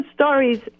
stories